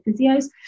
physios